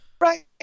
Right